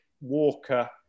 Walker